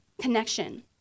connection